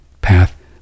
path